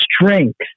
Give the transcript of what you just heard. strength